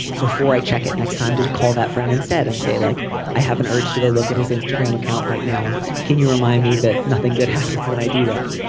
before i check it next time to to call that friend instead and say like i have an urge to go look at his instagram account right now. can you remind me that nothing good happens when i do that.